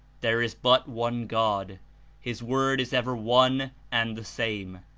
there is but one god his word is ever one and the same.